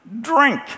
drink